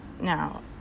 No